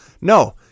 no